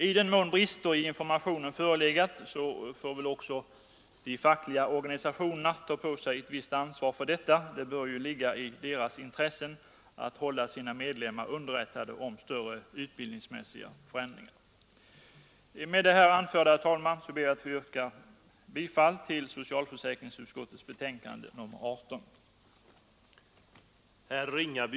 I den mån brister i informationen förelegat får väl också de fackliga organisationerna ta på sig ett visst ansvar för det — det bör ligga i deras intresse att hålla sina medlemmar underrättade om större utbildningsmässiga förändringar. Med det här anförda, herr talman, ber jag att få yrka bifall till